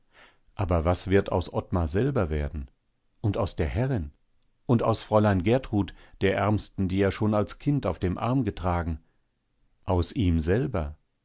aber was wird aus ottmar selber werden und aus der herrin und aus fräulein gertrud der ärmsten die er schon als kind auf dem arm getragen aus ihm selber